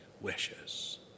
wishes